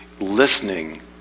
listening